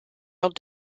world